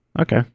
Okay